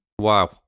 Wow